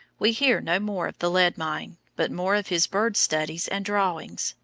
we hear no more of the lead mine, but more of his bird studies and drawings,